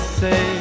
say